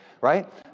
Right